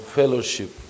fellowship